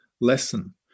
lesson